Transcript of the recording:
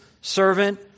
servant